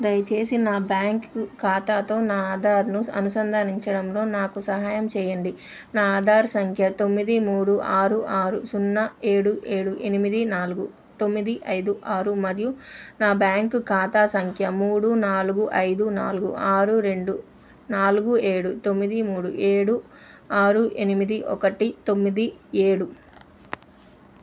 దయచేసి నా బ్యాంకు ఖాతాతో నా ఆధార్ను అనుసంధానించడంలో నాకు సహాయం చేయండి నా ఆధార్ సంఖ్య తొమ్మిది మూడు ఆరు ఆరు సున్నా ఏడు ఏడు ఎనిమిది నాలుగు తొమ్మిది ఐదు ఆరు మరియు నా బ్యాంకు ఖాతా సంఖ్య మూడు నాలుగు ఐదు నాలుగు ఆరు రెండు నాలుగు ఏడు తొమ్మిది మూడు ఏడు ఆరు ఎనిమిది ఒకటి తొమ్మిది ఏడు